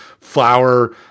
flour